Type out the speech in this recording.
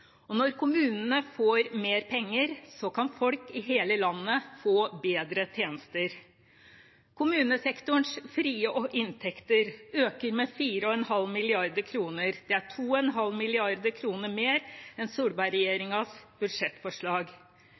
Når kommunene får mer penger, kan folk i hele landet få bedre tjenester. Kommunesektorens frie inntekter øker med 4,5 mrd. kr; det er 2,5 mrd. kr mer enn Solberg-regjeringens budsjettforslag.